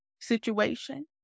situation